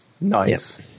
Nice